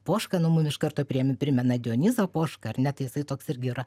poška nu mum iš karto pri primena dionizą poška ar ne tai jisai toks irgi yra